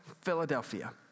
Philadelphia